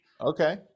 okay